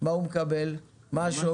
מה הוא מקבל, מה השווי?